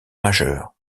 majeur